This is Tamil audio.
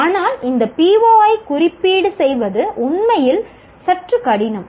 ஆனால் இந்த PO ஐ குறிப்பீடு செய்வது உண்மையில் சற்று கடினம்